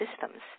systems